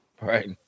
right